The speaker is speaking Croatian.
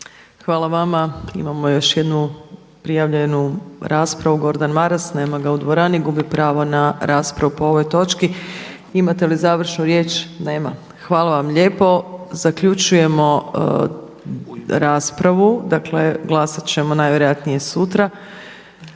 Hvala vama. Imamo još jednu prijavljenu raspravu, Gordan Maras. Nema ga u dvorani. Gubi pravo na raspravu po ovoj točki. Imate li završnu riječ? Nema. Hvala vam lijepo. Zaključujemo raspravu, dakle glasat ćemo najvjerojatnije sutra.